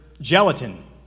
gelatin